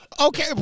Okay